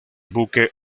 buque